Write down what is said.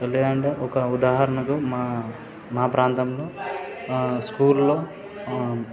లేదంటే ఒక ఉదాహరణకు మా మా ప్రాంతంలో స్కూల్లో